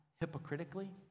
hypocritically